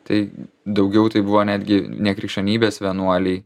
tai daugiau tai buvo netgi ne krikščionybės vienuoliai